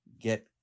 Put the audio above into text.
get